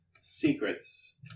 secrets